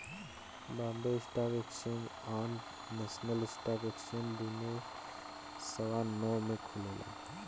Bombay stock exchange आ national stock exchange दुनो सवा नौ में खुलेला